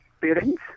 parents